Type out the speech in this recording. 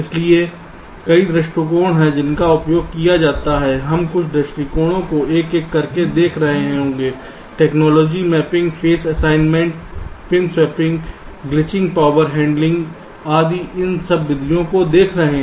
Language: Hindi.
इसलिए कई दृष्टिकोण हैं जिनका उपयोग किया जाता है हम कुछ दृष्टिकोणों को एक एक करके देख रहे होंगे technology mapping face assignment pin swapping glitching power handling आदि हम इन विधियों को देख रहे हैं